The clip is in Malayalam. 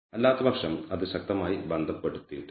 അല്ലാത്തപക്ഷം അത് ശക്തമായി ബന്ധപ്പെടുത്തിയിട്ടില്ല